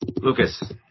Lucas